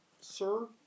sir